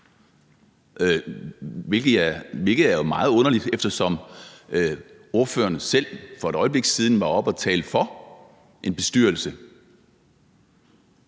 hvilket er meget underligt, eftersom ordføreren selv for et øjeblik siden var oppe og tale for en bestyrelse.